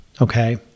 okay